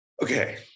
Okay